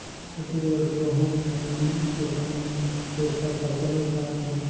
छत्तीसगढ़ के बहुत झेन किसान मन एखर फसल उगात हे